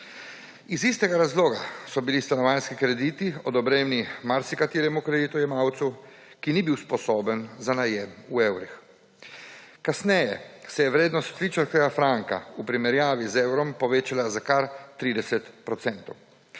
Iz istega razloga so bili stanovanjski krediti odobreni marsikateremu kreditojemalcu, ki ni bil sposoben za najem v evrih. Kasneje se je vrednost švicarskega franka v primerjavi z evrom povečala za kar 30